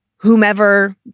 whomever